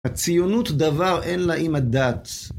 הציונות - דבר אין לה עם הדת.